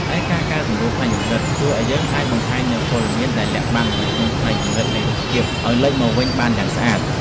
ឯការកែសម្រួល ផ្នែកងងឹត ជួយឱ្យយើងអាចបង្ហាញព័ត៌មានដែលលាក់កំបាំងនៅក្នុងផ្នែកងងឹតនៃរូបភាពឱ្យលេចចេញមកវិញយ៉ាងស្អាត។